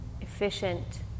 efficient